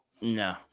No